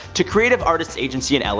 to creative artists agency in la.